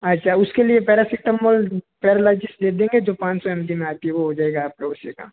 अच्छा उसके लिए पेरासिटामोल पैरालिसिस दे देंगे जो कि पाँच सौ एम जी में आती है वो हो जाएगा आप का उस से काम